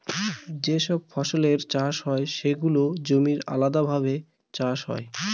যে সব ফসলের চাষ হয় সেগুলোর জমি আলাদাভাবে চাষ হয়